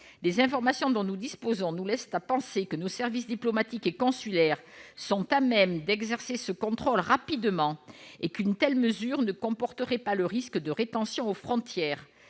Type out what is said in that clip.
les informations dont nous disposons nous laissent à penser que nos services diplomatiques et consulaires sont à même d'exercer ce contrôle rapidement et qu'une telle mesure ne comporterait pas le risque de rétention aux frontières